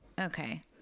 Okay